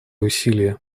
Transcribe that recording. усилия